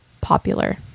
popular